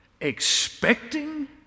Expecting